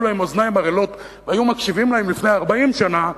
להם אוזניים ערלות והיו מקשיבים להם לפני 40 שנה,